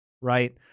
Right